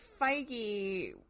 Feige